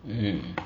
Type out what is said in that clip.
hmm